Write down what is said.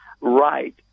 right